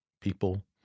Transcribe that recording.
people